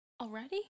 Already